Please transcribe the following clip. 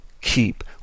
keep